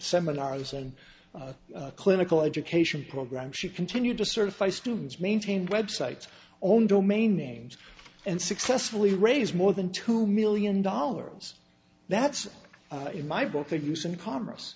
seminars and clinical education programs she continued to certify students maintained websites owned domain names and successfully raise more than two million dollars that's in my book of use in congress